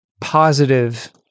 positive